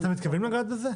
אתם מתכונים לגעת בזה?